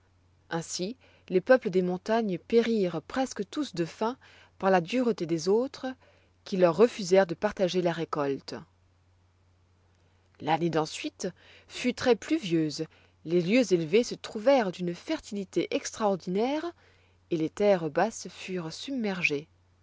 ainsi les peuples des montagnes périrent presque tous de faim par la dureté des autres qui leur refusèrent de partager la récolte l'année d'ensuite fut très pluvieuse les lieux élevés se trouvèrent d'une fertilité extraordinaire et les terres basses furent submergées